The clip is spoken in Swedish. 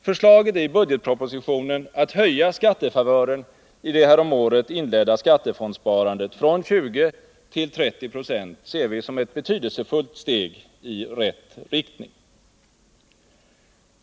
Förslaget i budgetpropositionen att höja skattefavören i det häromåret inledda skattefondsparandet från 20 till 30 26 ser vi som ett betydelsefullt steg i rätt riktning.